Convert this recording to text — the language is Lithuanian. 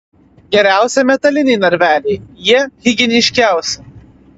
geriausi metaliniai narveliai jie higieniškiausi